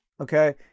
okay